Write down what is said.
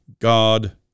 God